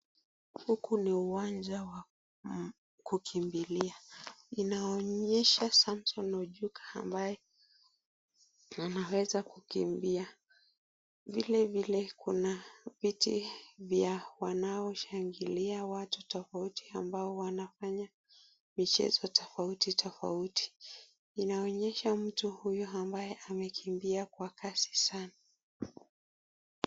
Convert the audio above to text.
Huku ni uwanja wa kukimbilia. Inaonyesha Samson Ojuka ambaye anaweza kukimbia. Vilevile kuna viti vya wanaoshangilia watu tofauti ambao wanafanya michezo tofauti tofauti. Inaonyesha mtu huyu ambaye amekimbia kwa kasi sana.